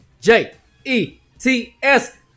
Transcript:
J-E-T-S